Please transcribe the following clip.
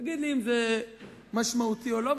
תגיד לי אם זה משמעותי או לא.